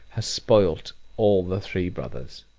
has spoiled all the three brothers.